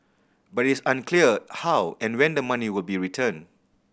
but it is unclear how and when the money will be returned